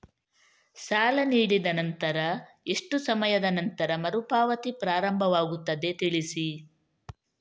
ಸಾಲ ನೀಡಿದ ನಂತರ ಎಷ್ಟು ಸಮಯದ ನಂತರ ಮರುಪಾವತಿ ಪ್ರಾರಂಭವಾಗುತ್ತದೆ ತಿಳಿಸಿ?